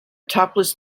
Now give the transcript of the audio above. topless